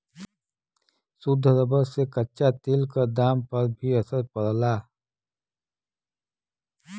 शुद्ध रबर से कच्चा तेल क दाम पर भी असर पड़ला